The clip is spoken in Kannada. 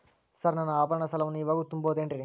ಸರ್ ನನ್ನ ಆಭರಣ ಸಾಲವನ್ನು ಇವಾಗು ತುಂಬ ಬಹುದೇನ್ರಿ?